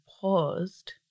paused